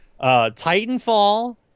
Titanfall